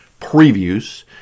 Previews